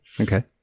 Okay